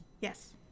Yes